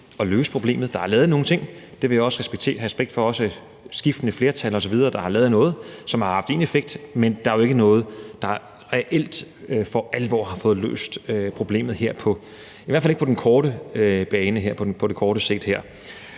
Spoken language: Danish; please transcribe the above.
at løse problemet. Der er lavet nogle ting, og jeg har også respekt for, at skiftende flertal osv. har lavet noget, som har haft fin effekt. Men der er jo ikke noget, der reelt for alvor har fået løst problemet, i hvert fald ikke på kort sigt. For vi kan konstatere,